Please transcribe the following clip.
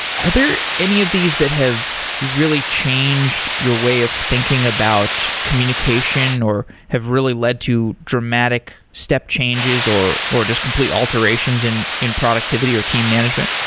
are there any of these that have really changed your way of thinking about communication, or have really led to dramatic step changes, or or just complete alterations in in productivity, or team management?